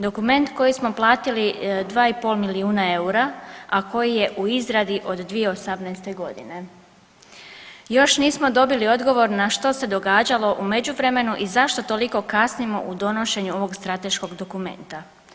Dokument koji smo platili 2,5 milijuna eura, a koji je u izradi od 2018. g. Još nismo dobili odgovor na što se događalo u međuvremenu i zašto toliko kasnimo u donošenju ovog strateškog dokumenta.